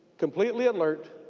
completely alert